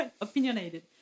Opinionated